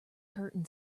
curtain